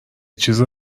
چیز